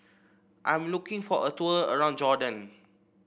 I'm looking for a tour around Jordan